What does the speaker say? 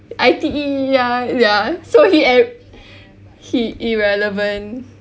I_T_E ya ya so he ev~ he irrelevant